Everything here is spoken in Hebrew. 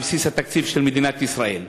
בבסיס התקציב של מדינת ישראל.